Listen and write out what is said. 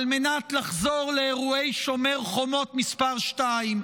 על מנת לחזור לאירועי שומר חומות מספר שתיים,